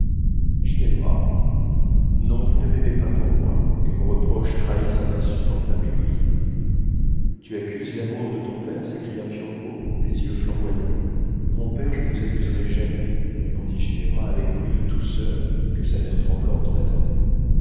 ginevra non vous ne m'aimez pas pour moi et vos reproches trahissent un insupportable égoïsme tu accuses l'amour de ton père s'écria piombo les yeux flamboyants mon père je ne vous accuserai jamais répondit ginevra avec plus de douceur que sa mère tremblante n'en attendait